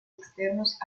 externos